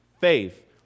faith